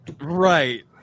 Right